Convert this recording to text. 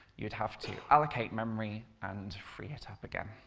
you'd have to allocate memory and free it up again.